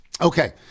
Okay